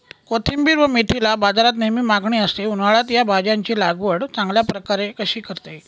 कोथिंबिर व मेथीला बाजारात नेहमी मागणी असते, उन्हाळ्यात या भाज्यांची लागवड चांगल्या प्रकारे कशी करता येईल?